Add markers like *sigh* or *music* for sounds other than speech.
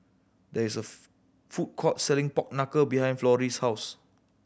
there is a *unintelligible* food court selling pork knuckle behind Florie's house